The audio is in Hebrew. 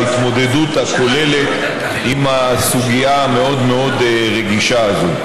בהתמודדות הכוללת עם הסוגיה המאוד-מאוד רגישה הזאת.